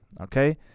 Okay